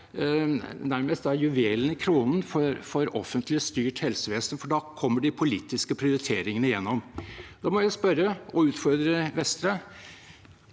nærmest juvelen i kronen – for offentlig styrt helsevesen, for da kommer de politiske prioriteringene gjennom. Da må jeg spørre og utfordre Vestre: